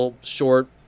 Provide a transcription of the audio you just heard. short